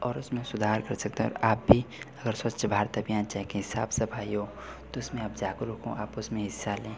और उसमें सुधार कर सकते हैं और आप भी अगर स्वच्छ भारत अभियान चाहे कहीं साफ सफाई हो तो इसमें आप जागरूक हों आप उसमें हिस्सा लें